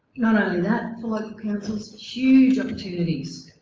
not only that, for local councils, huge opportunities